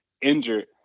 injured